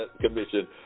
commission